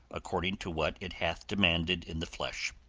according to what it hath demanded in the flesh.